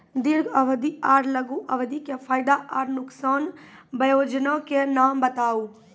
दीर्घ अवधि आर लघु अवधि के फायदा आर नुकसान? वयोजना के नाम बताऊ?